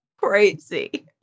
crazy